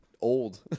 Old